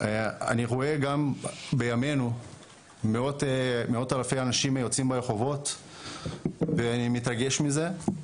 אני רואה גם בימינו מאות אלפי אנשים היוצאים לרחובות ואני מתרגש מזה.